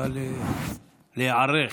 נא להיערך.